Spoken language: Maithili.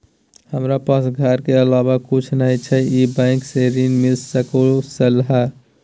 हमरा पास घर के अलावा कुछ नय छै ई बैंक स ऋण मिल सकलउ हैं?